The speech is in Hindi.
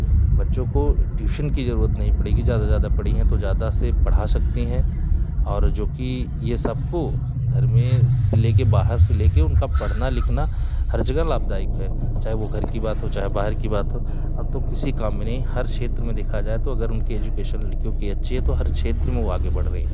बच्चों को ट्यूशन की ज़रूरत नहीं पड़ेगी ज़्यादा से ज़्यादा पढ़ी हैं तो ज़्यादा से पढ़ा सकती हैं और जो कि यह सबको घर में से लेकर बाहर से लेकर उनका पढ़ना लिखना हर जगह लाभदायक है चाहे वह घर की बात हो चाहे बाहर की बात हो अब तो किसी काम में नहीं हर क्षेत्र में देखा जाए तो अगर उनकी एजुकेशन लड़कियों की अच्छी है तो हर क्षेत्र में वह आगे बढ़ रही हैं